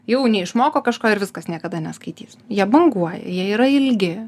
jau neišmoko kažko ir viskas niekada neskaitys jie banguoja jie yra ilgi